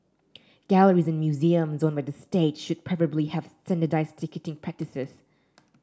galleries and museums owned by state should preferably have standardised ticketing practices